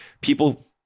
people